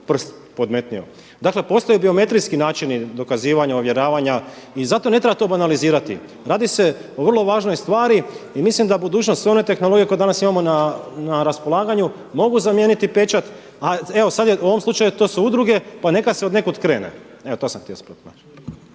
prst podmetnuo. Dakle, postoje biometrijski načini dokazivanja, ovjeravanja i zato ne treba to banalizirati. Radi se o vrlo važnoj stvari i mislim da budućnost, sve one tehnologije koje danas imamo na raspolaganju mogu zamijeniti pečat a evo sada je, u ovom slučaju to su udruge pa nekada se od nekud krene. Evo to sam htio spomenuti.